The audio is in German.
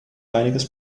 einiges